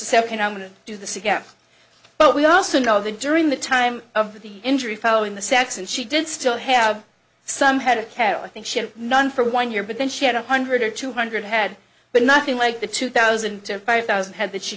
a second i'm going to do the second half but we also know that during the time of the injury following the sex and she did still have some head of cattle i think she had none for one year but then she had a hundred or two hundred head but nothing like the two thousand to five thousand head that she